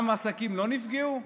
אז עסקים לא נפגעו?